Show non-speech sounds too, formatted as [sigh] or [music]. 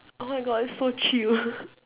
oh my god it's so chill [laughs]